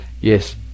yes